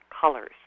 colors